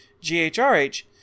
GHRH